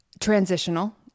Transitional